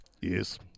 Yes